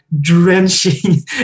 drenching